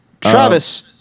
Travis